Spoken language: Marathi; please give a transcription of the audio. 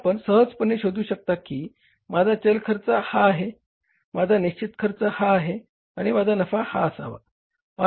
तर आपण सहजपणे शोधू शकता की माझा चल खर्च हा आहे माझा निश्चित खर्च हा आहे आणि माझा नफा हा असावा